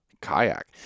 kayak